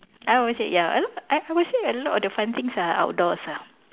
I would say ya a lot I would say a lot of the fun things are outdoors ah